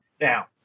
Now